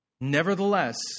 Nevertheless